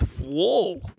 whoa